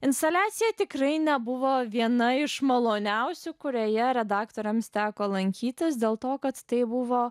instaliacija tikrai nebuvo viena iš maloniausių kurioje redaktoriams teko lankytis dėl to kad tai buvo